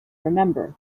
remember